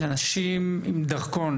של אנשים עם דרכון,